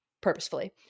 purposefully